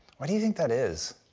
why do you think that is?